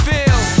Feel